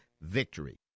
VICTORY